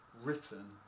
written